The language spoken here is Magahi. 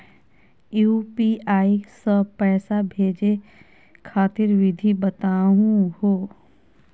यू.पी.आई स पैसा भेजै खातिर विधि बताहु हो?